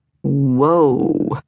Whoa